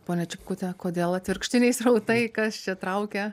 ponia čipkute kodėl atvirkštiniai srautai kas čia traukia